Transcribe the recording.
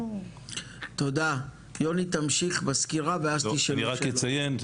אני רק אציין,